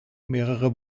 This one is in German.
mehrere